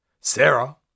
Sarah